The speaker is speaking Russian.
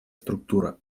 структура